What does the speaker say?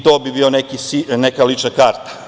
To bi bila neka lična karta.